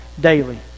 daily